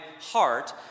heart